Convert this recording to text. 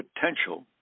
potential